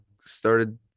started